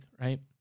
right